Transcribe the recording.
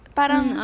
parang